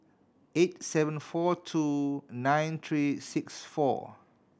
eight seven four two nine three six four